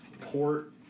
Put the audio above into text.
port